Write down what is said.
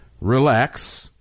relax